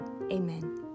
amen